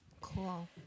Cool